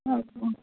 অঁ অঁ